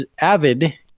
AVID